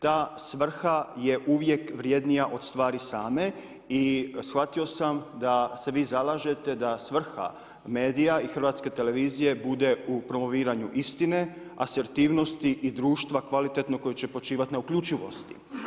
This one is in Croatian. Ta svrha je uvijek vrjednija od stvari same i shvatio sam da vi zalažete da svrha medija i HRT-a bude u promoviranju istine, asertivnosti i društva kvalitetnog koje će počivati na uključivosti.